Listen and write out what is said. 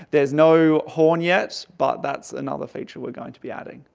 there is no horn yet but that's another feature we are going to be adding.